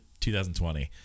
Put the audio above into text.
2020